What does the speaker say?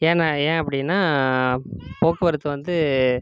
ஏன்னால் ஏன் அப்படின்னா போக்குவரத்து வந்து